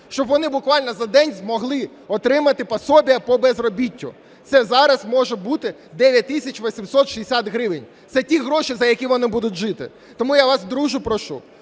щоб вони буквально за день змогли отримати пособие по безробіттю. Це зараз може бути 9 тисяч 860 гривень. Це ті гроші, за які вони будуть жити. Тому я вас дуже прошу,